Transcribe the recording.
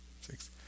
six